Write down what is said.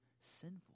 sinful